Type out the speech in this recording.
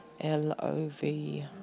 L-O-V